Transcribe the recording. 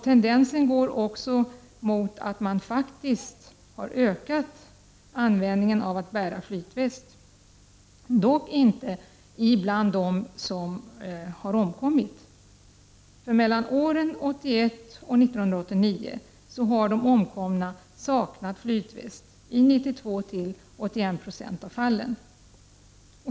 Tendensen är också att användningen av flytväst ökar. Detta har dock inte varit fallet bland dem som har omkommit. Mellan åren 1981 och 1989 har de omkomna nämligen saknat flytväst i 81—92 96 av fallen.